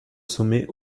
sommet